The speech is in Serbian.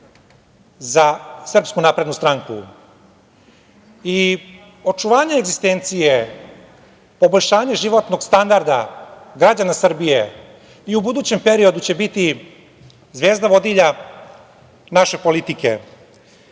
je veliki uspeh za SNS i očuvanje egzistencije, poboljšanje životnog standarda građana Srbije i u budućem periodu će biti zvezda vodilja naše politike.